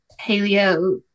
paleo